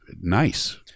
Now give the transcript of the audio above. nice